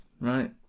Right